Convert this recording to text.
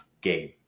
game